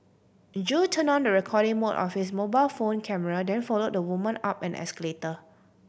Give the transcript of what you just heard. Jo turned on the recording mode of his mobile phone camera then follow the woman up an escalator